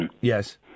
Yes